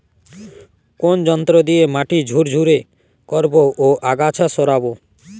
কোন যন্ত্র দিয়ে মাটি ঝুরঝুরে করব ও আগাছা সরাবো?